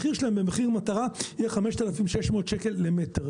מחירן במחיר מטרה יהיה 5,600 שקל למטר.